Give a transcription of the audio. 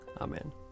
Amen